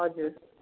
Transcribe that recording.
हजुर